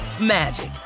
magic